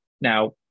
Now